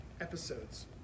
episodes